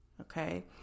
okay